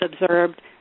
observed